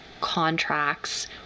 contracts